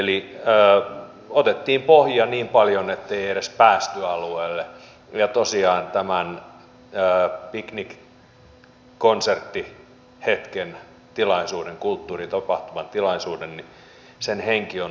eli otettiin pohjia niin paljon ettei edes päästy alueelle ja tosiaan tämä piknikkonserttihetken tilaisuuden kulttuuritapahtuman tilaisuuden henki on muuttunut